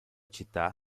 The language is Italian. città